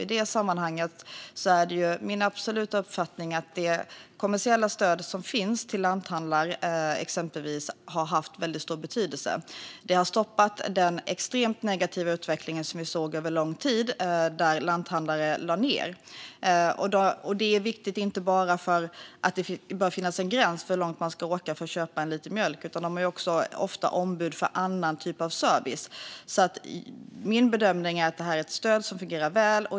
I det sammanhanget är det min absoluta uppfattning att det kommersiella stöd som finns till exempelvis lanthandlar har haft väldigt stor betydelse. Det har stoppat den extremt negativa utveckling som vi såg under lång tid, där lanthandlare lade ned. Det är viktigt inte bara för att det bör finnas en gräns för hur långt man ska behöva åka för att köpa en liter mjölk - lanthandlarna är även ofta ombud för annan typ av service. Min bedömning är att det här är ett stöd som fungerar väl.